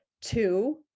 Two